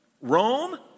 Rome